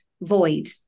void